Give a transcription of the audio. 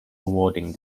awarding